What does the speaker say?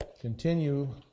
continue